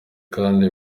kandi